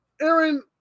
Aaron